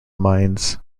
mines